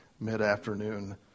mid-afternoon